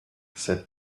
said